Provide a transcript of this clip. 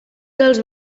dels